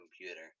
computer